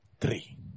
Three